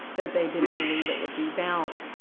that they didn't believe it would rebound.